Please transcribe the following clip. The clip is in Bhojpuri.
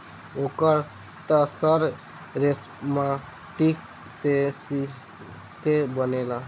ओकर त सर रेशमकीट से सिल्के बनेला